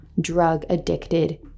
drug-addicted